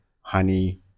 honey